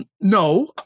No